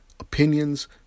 opinions